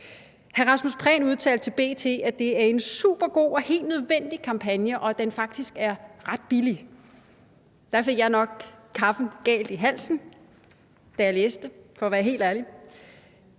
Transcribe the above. Ministeren udtalte til B.T., at det er en supergod og helt nødvendig kampagne, og at den faktisk er ret billig. Jeg fik nok kaffen galt i halsen, da jeg læste det, for at være helt ærlig.